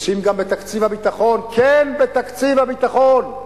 קיצוצים גם בתקציב הביטחון, כן, בתקציב הביטחון.